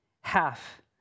Half